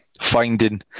finding